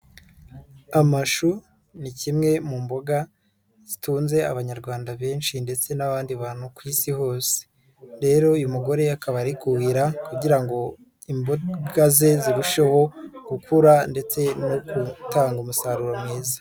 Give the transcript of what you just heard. Amashu ni kimwe mu mboga zitunze abanyarwanda benshi ndetse n'abandi bantu ku isi hose. Rero uyu mugore akaba ari kuhira kugira ngo imboga ze zirusheho gukura ndetse no gutanga umusaruro mwiza.